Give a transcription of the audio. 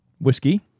Whiskey